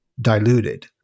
diluted